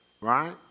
Right